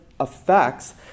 effects